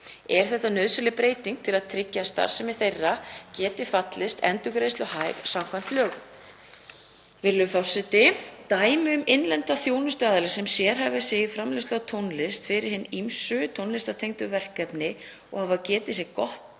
Er þetta nauðsynleg breyting til að tryggja að starfsemi þeirra geti talist endurgreiðsluhæf samkvæmt lögum. Dæmi um innlenda þjónustuaðila sem sérhæfa sig í framleiðslu á tónlist fyrir hin ýmsu tónlistartengdu verkefni og hafa getið sér gott